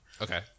Okay